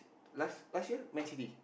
last last year Man-City